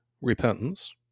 repentance